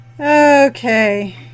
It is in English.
Okay